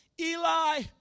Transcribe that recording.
Eli